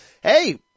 Hey